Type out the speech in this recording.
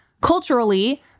Culturally